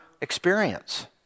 experience